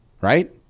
right